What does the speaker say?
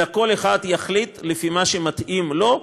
אלא כל אחד יחליט לפי מה שמתאים לו,